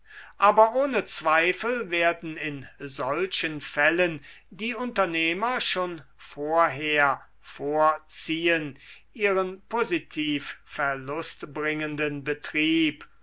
aber ohne zweifel werden in solchen fällen die unternehmer schon vorher vorziehen ihren positiv verlustbringenden betrieb